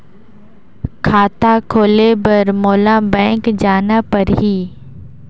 खाता खोले बर मोला बैंक जाना परही?